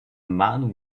man